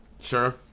Sure